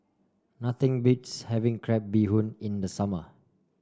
nothing beats having Crab Bee Hoon in the summer